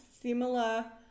similar